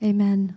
Amen